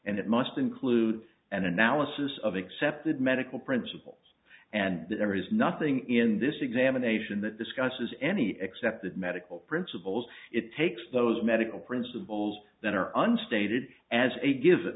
and it must include an analysis of accepted medical principles and there is nothing in this examination that discusses any accepted medical principles it takes those medical principles that are unstated as a give